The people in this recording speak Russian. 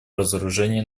разоружению